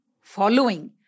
following